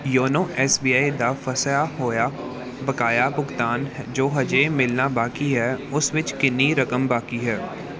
YONO S B I ਦਾ ਫਸਿਆ ਹੋਇਆ ਬਕਾਇਆ ਭੁਗਤਾਨ ਜੋ ਹਜੇ ਮਿਲਣਾ ਬਾਕੀ ਹੈ ਉਸ ਵਿੱਚ ਕਿੰਨੀ ਰਕਮ ਬਾਕੀ ਹੈ